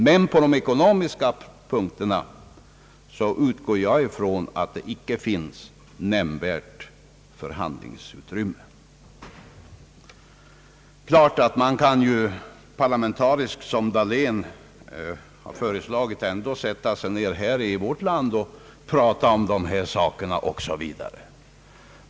Beträffande de ekonomiska punkterna utgår jag ifrån att det icke finns nämnvärt förhandlingsutrymme. Det är klart att vi i vårt land, som herr Dahlén har föreslagit, kan sätta oss ned och parlamentariskt diskutera dessa saker.